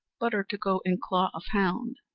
butter to go in claw of hound,